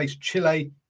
Chile